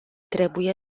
trebuie